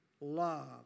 love